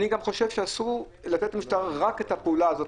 אני גם חושב שאסור לתת למשטרה לעשות רק את הפעולה הזאת,